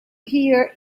here